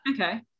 Okay